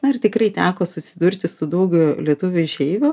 na ir tikrai teko susidurti su daug lietuvių išeivių